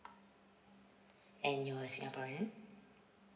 and you're a singaporean